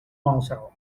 mouser